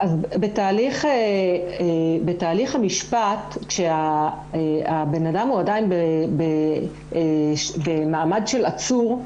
בתהליך המשפט כשהבנאדם הוא עדיין במעמד של עצור,